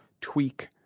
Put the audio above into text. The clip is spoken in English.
tweak